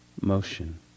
motion